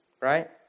Right